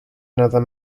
another